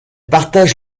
partage